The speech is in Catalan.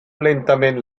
lentament